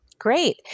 Great